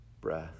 breath